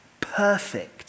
perfect